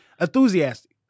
enthusiastic